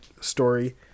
story